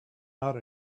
out